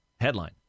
Headline